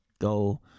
Go